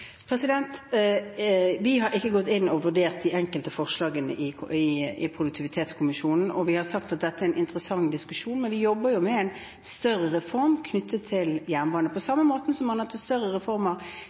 Vi har ikke gått inn og vurdert de enkelte forslagene fra produktivitetskommisjonen. Vi har sagt at dette er en interessant diskusjon, men vi jobber med en større reform knyttet til jernbane – på samme måte som man har hatt større reformer